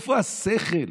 איפה השכל?